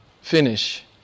finish